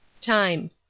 time